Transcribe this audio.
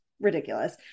ridiculous